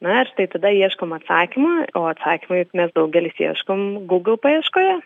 na ir štai tada ieškom atsakymo o atsakymo juk mes daugelis ieškom google paieškoje